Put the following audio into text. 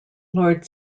lord